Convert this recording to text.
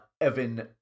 Evan